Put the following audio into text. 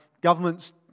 governments